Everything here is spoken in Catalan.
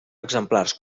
exemplars